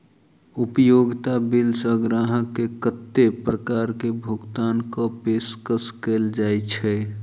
उपयोगिता बिल सऽ ग्राहक केँ कत्ते प्रकार केँ भुगतान कऽ पेशकश कैल जाय छै?